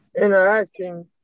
interacting